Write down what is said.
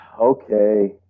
okay